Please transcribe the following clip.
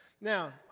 now